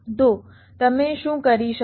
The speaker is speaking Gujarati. તો તમે શું કરી શકો